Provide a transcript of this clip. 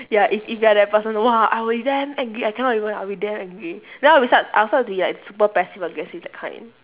ya if if you're that person !wah! I will be damn angry I cannot even I'll be damn angry then I'll be start I'll start to be like super passive aggressive that kind